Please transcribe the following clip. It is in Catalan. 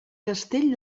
castell